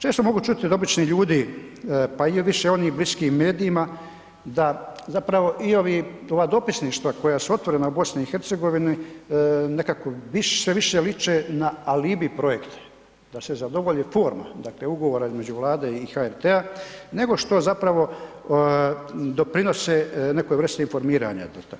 Često mogu čuti od običnih ljudi, pa je više onih bliskih medijima da zapravo i ovi, ova dopisništva koja su otvorena u BiH nekako sve više liče na alibi projekte, da se zadovolji forma, dakle ugovora između Vlade i HRT-a nego što zapravo doprinose nekoj vrsti informiranja.